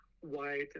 white